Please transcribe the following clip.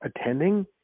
attending